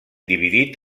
dividit